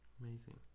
Amazing